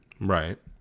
Right